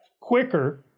quicker